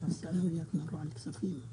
נדמה לי שחבר הכנסת טיבי הזכיר את